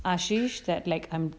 ashey that like I'm